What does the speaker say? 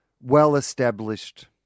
well-established